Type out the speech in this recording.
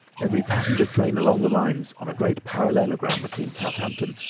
every passenger train along the lines on a great parallelogram between southampton,